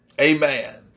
amen